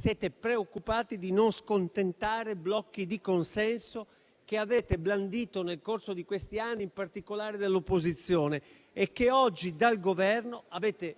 soprattutto di non scontentare i blocchi di consenso che avete blandito nel corso di questi anni, in particolare dall'opposizione, e che oggi dal Governo avete